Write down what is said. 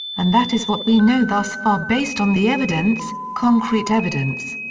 and that is what we know thus far based on the evidence, concrete evidence.